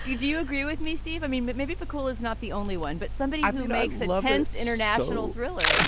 do you agree with me, steve? i mean, but maybe but michael is not the only one, but somebody who makes a lot of sense. international thriller. ah